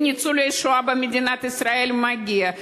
לניצולי שואה במדינת ישראל מגיע,